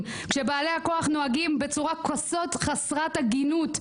כשבעלי הכוח נוהגים בכזה חוסר הגינות.